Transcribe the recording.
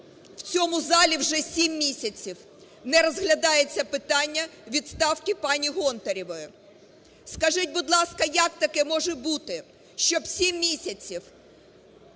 в цьому залі вже сім місяців не розглядається питання відставки паніГонтаревої? Скажіть, будь ласка, як таке може бути, щоб сім місяців